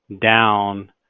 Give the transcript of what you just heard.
down